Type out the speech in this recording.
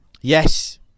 Yes